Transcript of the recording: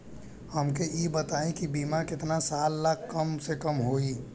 हमके ई बताई कि बीमा केतना साल ला कम से कम होई?